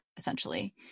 essentially